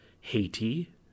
Haiti